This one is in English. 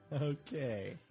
Okay